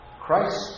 Christ